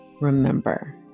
Remember